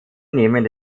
nehmen